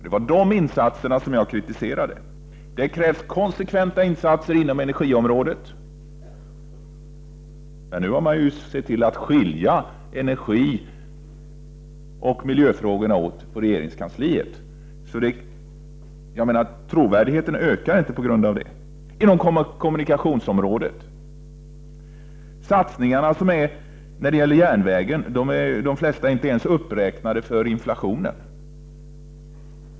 Det var bristerna vad gäller sådana insatser som jag kritiserade. Det krävs konsekventa insatser inom energiområdet, men man har ju nu skilt på energioch miljöfrågorna inom regeringskansliet, och det bidrar inte till att öka trovärdigheten. Vad beträffar kommunikationsområdet är de flesta satsningarna när det gäller järnvägen inte ens uppräknade med hänsyn till inflationen.